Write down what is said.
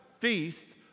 feasts